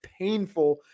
painful